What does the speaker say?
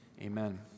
Amen